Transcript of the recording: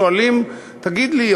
שואלים: תגיד לי,